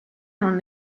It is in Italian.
non